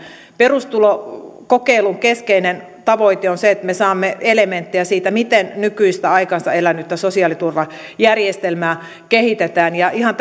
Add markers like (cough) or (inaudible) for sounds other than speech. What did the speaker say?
perustulokokeilun keskeinen tavoite on se että me saamme elementtejä siitä miten nykyistä aikansa elänyttä sosiaaliturvajärjestelmää kehitetään ja ihan (unintelligible)